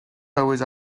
bywyd